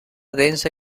densa